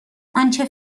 آنچه